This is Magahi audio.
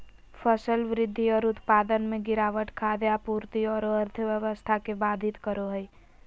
फसल वृद्धि और उत्पादन में गिरावट खाद्य आपूर्ति औरो अर्थव्यवस्था के बाधित करो हइ